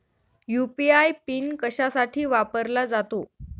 UPI PIN कशासाठी वापरला जातो?